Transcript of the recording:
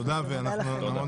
תודה לכם.